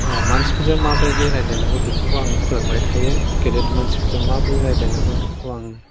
मानसिफोरजों माबायदि रायलायनांगौ बेखौबो आं फोरोंबाय थायो गिदिर मानसिफोरजों माब्रै रायलायनांगौ बेखौ आं